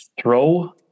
throw